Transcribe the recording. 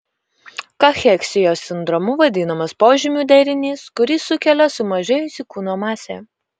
kacheksijos sindromu vadinamas požymių derinys kurį sukelia sumažėjusi kūno masė